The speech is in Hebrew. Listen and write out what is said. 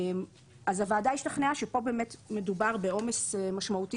הוועדה השתכנעה שפה באמת מדובר בעומס משמעותי